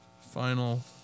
Final